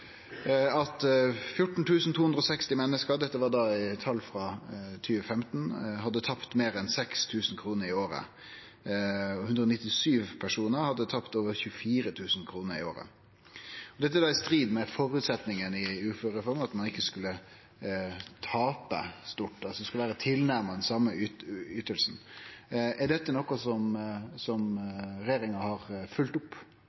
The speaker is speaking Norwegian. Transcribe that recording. tal frå 2015 – hadde tapt meir enn 6 000 kr i året, og 197 personar hadde tapt over 24 000 kr i året. Dette er i strid med føresetnadene i uførereforma – at ein ikkje skulle tape stort, og at det skulle vere tilnærma same yting. Er dette noko som regjeringa har følgt opp?